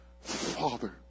Father